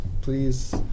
please